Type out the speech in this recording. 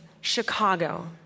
Chicago